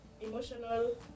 Emotional